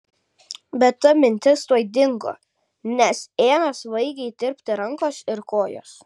bet ta mintis tuoj dingo nes ėmė svaigiai tirpti rankos ir kojos